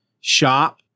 shop